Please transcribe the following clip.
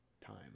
time